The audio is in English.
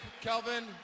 Kelvin